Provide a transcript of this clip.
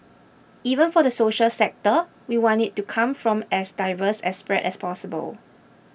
even for the social sector we want it to come from as diverse a spread as possible